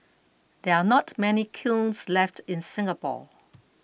there are not many kilns left in Singapore